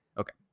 okay